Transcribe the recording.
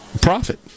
profit